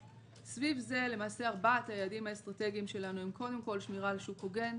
וסביב זה ארבעת היעדים האסטרטגיים שלנו הם קודם כל שמירה על שוק הוגן.